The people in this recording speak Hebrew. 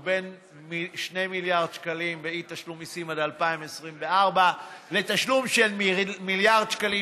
הוא בין 2 מיליארד ואי-תשלום מיסים עד 2024 לתשלום של מיליארד שקלים,